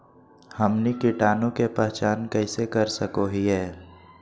हमनी कीटाणु के पहचान कइसे कर सको हीयइ?